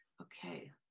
Okay